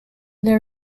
there